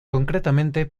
concretamente